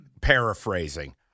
Paraphrasing